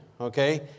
okay